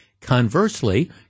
Conversely